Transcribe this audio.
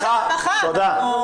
הרווחה.